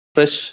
Fresh